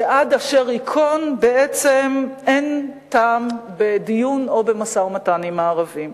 שעד אשר ייכון בעצם אין טעם בדיון או במשא-ומתן עם הערבים.